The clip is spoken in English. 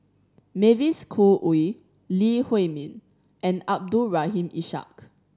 Mavis Khoo Oei Lee Huei Min and Abdul Rahim Ishak